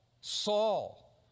Saul